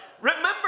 Remember